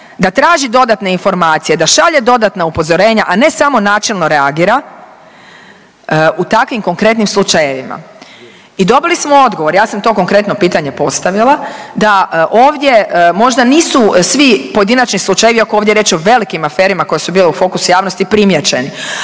da traži dodatne informacije, da šalje dodatna upozorenja, a ne samo načelno reagira u takvim konkretnim slučajevima. I dobili smo odgovor, ja sam to konkretno pitanje postavila da ovdje možda nisu svi pojedinačni slučajevi, iako je ovdje riječ o velikim aferama koje su bile u fokusu javnosti primijećeni.